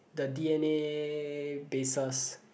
the d_n_a bases